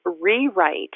rewrite